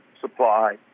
supply